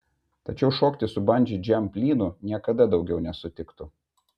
tačiau šokti su bandži džamp lynu niekada daugiau nesutiktų